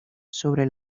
sobre